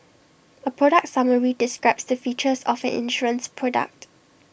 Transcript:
A product summary describes the features of an insurance product